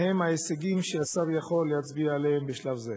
מה הם ההישגים שהשר יכול להצביע עליהם בשלב זה?